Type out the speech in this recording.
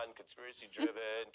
conspiracy-driven